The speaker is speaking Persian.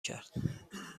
کرد